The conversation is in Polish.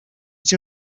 cię